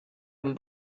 him